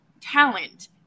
talent